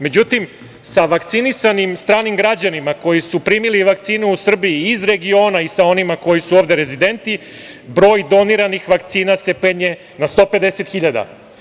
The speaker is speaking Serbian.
Međutim, sa vakcinisanim stranim građanima koji su primili vakcinu u Srbiji iz regiona i sa onima koji su ovde rezidenti broj doniranih vakcina se penje na 150 hiljada.